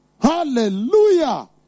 Hallelujah